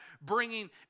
bringing